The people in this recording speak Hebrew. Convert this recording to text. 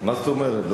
מה זאת אומרת?